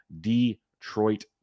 Detroit